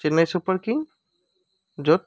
Chennai Super Kings য'ত